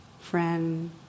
friend